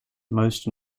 most